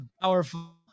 powerful